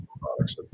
products